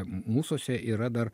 mūsuose yra dar